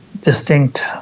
distinct